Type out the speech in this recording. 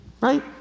right